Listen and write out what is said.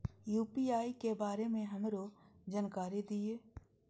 UPI के बारे में हमरो जानकारी दीय?